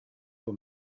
for